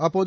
அப்போது